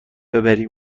ببری